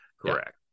correct